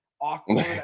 awkward